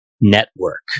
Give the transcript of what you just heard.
network